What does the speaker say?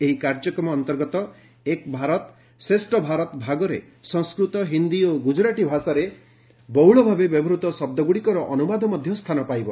ଏହି କାର୍ଯ୍ୟକ୍ରମ ଅନ୍ତର୍ଗତ 'ଏକ୍ ଭାରତ ଶ୍ରେଷ ଭାରତ' ଭାଗରେ ସଂସ୍କୃତ ହିନ୍ଦୀ ଓ ଗୁଜୁରାଟୀ ଭାଷାରେ ବହୁଳ ଭାବେ ବ୍ୟବହୃତ ଶବ୍ଦଗୁଡ଼ିକର ଅନୁବାଦ ମଧ୍ୟ ସ୍ଥାନ ପାଇବ